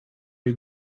you